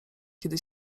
kiedy